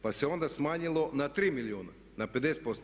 Pa se onda smanjilo na 3 milijuna, na 50%